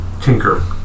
Tinker